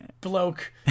bloke